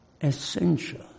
essential